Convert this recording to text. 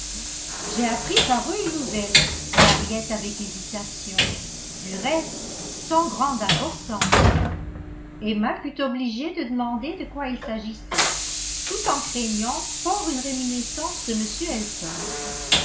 j'ai appris par eux une nouvelle dit henriette avec hésitation du reste sans grande importance emma fut obligée de demander de quoi il s'agissait tout en craignant fort une réminiscence de m elton